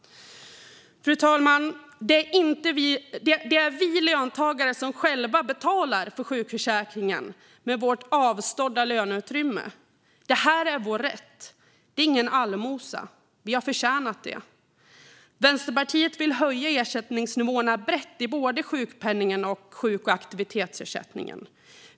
Fru talman! Det är vi löntagare som själva betalar för sjukförsäkringen med vårt avstådda löneutrymme. Det här är vår rätt. Det är ingen allmosa. Vi har förtjänat det. Vänsterpartiet vill höja ersättningsnivåerna brett i både sjukpenningen och sjuk och aktivitetsersättningen.